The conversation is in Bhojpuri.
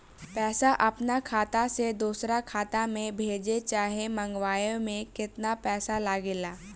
पैसा अपना खाता से दोसरा खाता मे भेजे चाहे मंगवावे में केतना पैसा लागेला?